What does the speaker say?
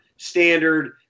Standard